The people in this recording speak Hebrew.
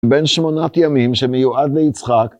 בין שמונת ימים שמיועד ליצחק.